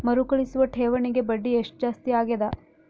ಮರುಕಳಿಸುವ ಠೇವಣಿಗೆ ಬಡ್ಡಿ ಎಷ್ಟ ಜಾಸ್ತಿ ಆಗೆದ?